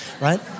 right